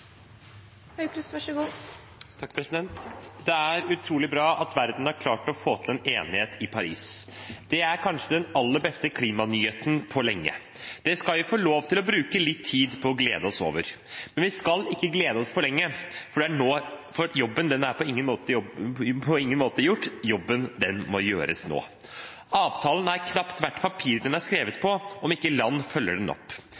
kanskje den aller beste klimanyheten på lenge. Det skal vi få lov til å bruke litt tid på å glede oss over, men vi skal ikke glede oss for lenge, for jobben er på ingen måte gjort; jobben må gjøres nå. Avtalen er knapt verdt papiret den er skrevet på, om ikke land følger den opp.